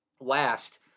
last